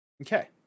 Okay